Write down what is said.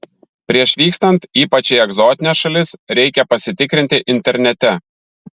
prieš vykstant ypač į egzotines šalis reikia pasitikrinti internete